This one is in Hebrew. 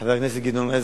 חבר הכנסת גדעון עזרא,